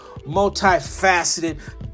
multifaceted